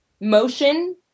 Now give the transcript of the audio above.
motion